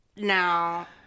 now